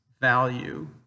value